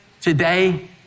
today